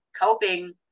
coping